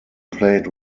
played